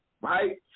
right